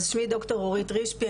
אז שמי דוקטור אורית רשפי,